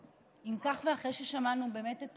אם כך, ואחרי ששמענו באמת את